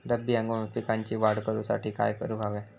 रब्बी हंगामात पिकांची वाढ करूसाठी काय करून हव्या?